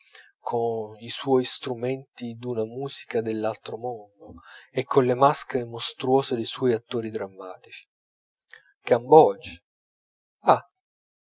bankok coi suoi strumenti d'una musica dell'altro mondo e colle maschere mostruose dei suoi attori drammatici cambodge ah